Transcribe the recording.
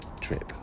trip